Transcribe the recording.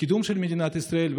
לקידום של מדינת ישראל,